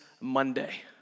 Monday